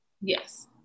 yes